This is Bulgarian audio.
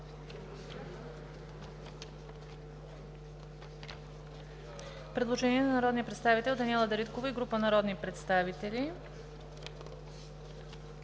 предложение на народния представител Даниела Дариткова и група народни представители: